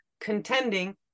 contending